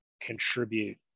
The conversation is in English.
contribute